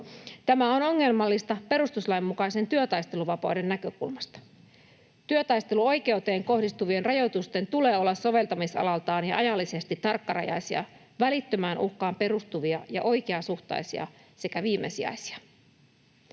Tämä on ongelmallista perustuslain mukaisen työtaisteluvapauden näkökulmasta. Työtaisteluoikeuteen kohdistuvien rajoitusten tulee olla soveltamisalaltaan ja ajallisesti tarkkarajaisia, välittömään uhkaan perustuvia ja oikeasuhtaisia sekä viimesijaisia.